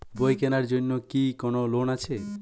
বই কেনার জন্য কি কোন লোন আছে?